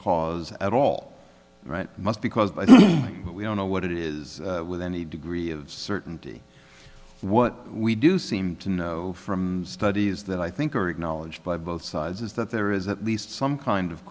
cause at all right must because we don't know what it is with any degree of certainty what we do seem to know from studies that i think are acknowledged by both sides is that there is at least some kind of